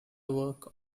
work